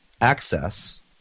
access